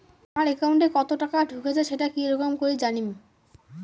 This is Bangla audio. আমার একাউন্টে কতো টাকা ঢুকেছে সেটা কি রকম করি জানিম?